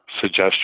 suggestion